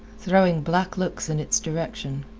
throwing black looks in its direction.